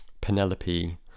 Penelope